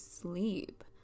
sleep